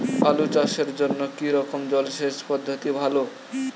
আলু চাষের জন্য কী রকম জলসেচ পদ্ধতি ভালো?